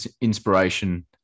inspiration